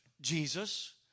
Jesus